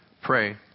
pray